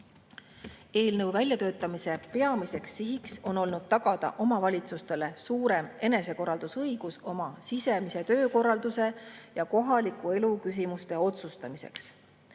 Eelnõu väljatöötamise peamine siht on olnud tagada omavalitsustele suurem enesekorraldusõigus oma sisemise töökorralduse ja kohaliku elu küsimuste üle otsustamisel.